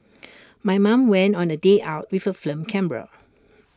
my mom went on A day out with A film camera